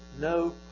no